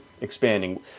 expanding